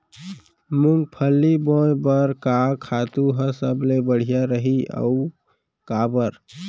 मूंगफली बोए बर का खातू ह सबले बढ़िया रही, अऊ काबर?